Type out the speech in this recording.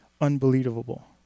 unbelievable